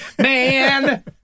Man